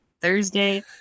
Thursday